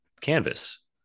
canvas